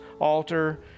altar